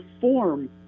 form